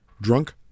drunk